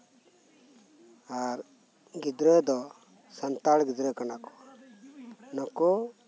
ᱟᱨ ᱜᱤᱫᱽᱨᱟᱹ ᱫᱚ ᱥᱟᱱᱛᱟᱲ ᱜᱤᱫᱽᱨᱟᱹ ᱠᱟᱱᱟ ᱠᱚ ᱱᱩᱠᱩ